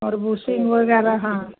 और बुशिंग वग़ैरह हाँ